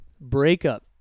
breakup